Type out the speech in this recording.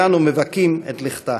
ואנו מבכים את לכתה.